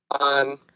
on